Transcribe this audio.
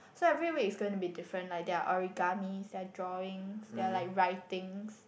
so every week is going to be different like their origamis their drawings their like writings